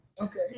Okay